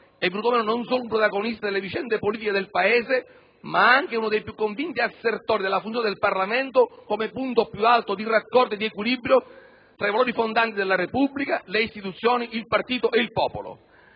venuto meno non solo un protagonista delle vicende politiche del Paese, ma anche uno dei più convinti assertori della funzione del Parlamento come punto più alto di raccordo e di equilibrio tra i valori fondanti della Repubblica, le istituzioni, i partiti e il popolo.